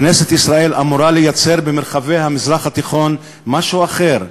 כנסת ישראל אמורה לייצר במרחבי המזרח התיכון משהו אחר.